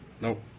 nope